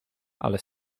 ale